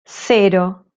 cero